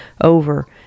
over